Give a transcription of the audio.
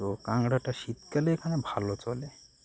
তো কাঁকড়াটা শীতকালে এখানে ভালো চলে